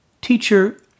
Teacher